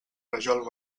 rajol